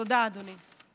תודה, אדוני.